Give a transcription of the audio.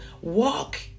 walk